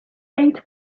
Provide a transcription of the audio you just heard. eight